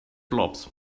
blobs